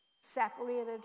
separated